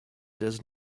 does